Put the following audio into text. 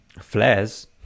Flares